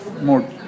more